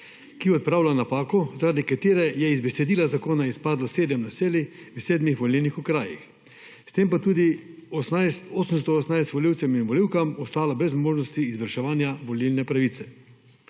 ki odpravlja napako, zaradi katere je iz besedila zakona izpadlo 7 naselij v 7 volilnih okrajih s tem pa tudi 818 volivcev in volivkam ostala brez možnosti izvrševanja volilne pravice.